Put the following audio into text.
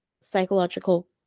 psychological